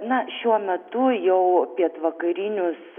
na šiuo metu jau pietvakarinius